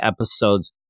episodes